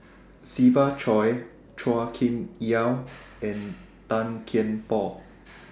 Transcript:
Siva Choy Chua Kim Yeow and Tan Kian Por